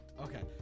Okay